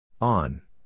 On